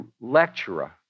lecturer